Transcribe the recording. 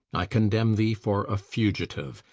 i condemn thee for a fugitive,